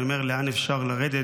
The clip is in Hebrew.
אני אומר לאן אפשר לרדת